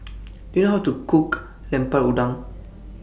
Do YOU know How to Cook Lemper Udang